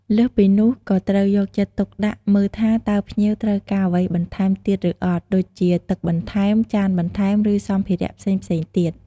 លើសពីនោះក៏ត្រូវយកចិត្តទុកដាក់មើលថាតើភ្ញៀវត្រូវការអ្វីបន្ថែមទៀតឬអត់ ដូចជា ទឹកបន្ថែម ចានបន្ថែម ឬសម្ភារៈផ្សេងៗទៀត។